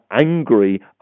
angry